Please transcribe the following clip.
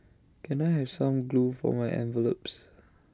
can I have some glue for my envelopes